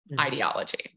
ideology